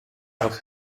auf